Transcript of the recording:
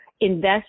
invest